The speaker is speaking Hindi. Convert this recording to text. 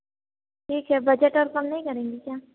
ठीक है बजट और कम नहीं करेंगे क्या